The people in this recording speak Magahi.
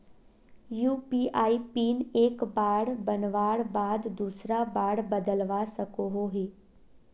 यु.पी.आई पिन एक बार बनवार बाद दूसरा बार बदलवा सकोहो ही?